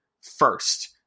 first